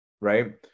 Right